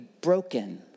broken